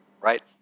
right